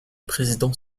président